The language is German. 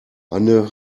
anne